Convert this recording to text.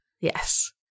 Yes